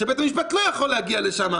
שבית המשפט לא יכול להגיע לשם.